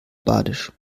badisch